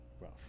Rough